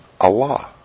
Allah